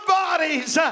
bodies